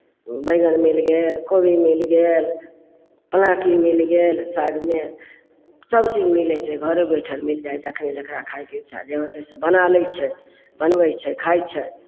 बैगन मिल गेल कोबी मिल गेल पलाँकी मिल गेल सागमे सभ चीज मिलै छै घरे बैठल मिल जाइ छै जखन जकरा खायके इच्छा जे होतै से बना लै छै बनबै छै खाइ छै